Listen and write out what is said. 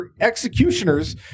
executioners